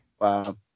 wow